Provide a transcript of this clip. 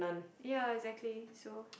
ya exactly so